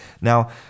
Now